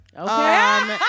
Okay